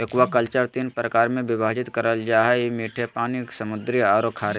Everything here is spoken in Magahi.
एक्वाकल्चर तीन प्रकार में विभाजित करल जा हइ मीठे पानी, समुद्री औरो खारे